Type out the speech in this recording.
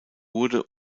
wurde